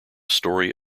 story